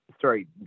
Sorry